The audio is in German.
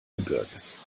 gebirges